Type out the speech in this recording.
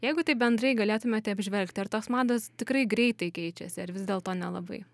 jeigu taip bendrai galėtumėte apžvelgti ar tos mados tikrai greitai keičiasi ar vis dėlto nelabai